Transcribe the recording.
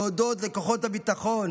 להודות לכוחות הביטחון